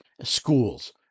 schools